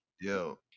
Yo